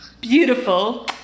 beautiful